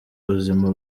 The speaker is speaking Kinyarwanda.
buzima